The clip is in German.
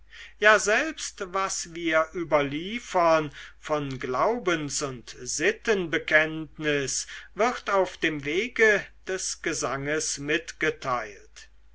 ja selbst was wir überliefern von glaubens und sittenbekenntnis wird auf dem wege des gesanges mitgeteilt